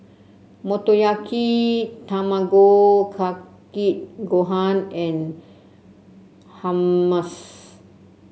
Motoyaki Tamago Kake Gohan and Hummus